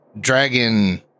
dragon